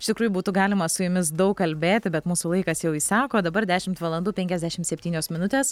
iš tikrųjų būtų galima su jumis daug kalbėti bet mūsų laikas jau išseko dabar dešimt valandų penkiasdešimt septynios minutės